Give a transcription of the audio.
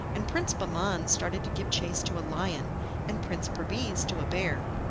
and prince bahman started to give chase to a lion and prince perviz to a bear.